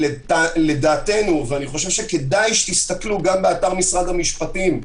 אני חושב שכדאי שתסתכלו גם באתר משרד המשפטים,